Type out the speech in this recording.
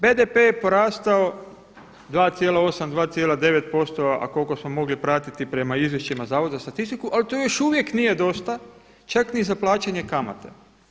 BDP je porastao 2,8, 2,9% a koliko smo mogli pratiti prema izvješćima Zavoda za statistiku ali to još uvijek nije dosta čak ni za plaćanje kamate.